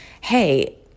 hey